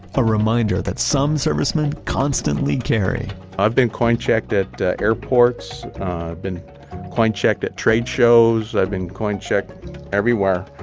a reminder that some servicemen constantly carry i've been coin-checked at airports. i've been coin-checked at trade shows. i've been coin-checked everywhere.